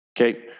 Okay